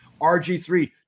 RG3